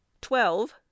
twelve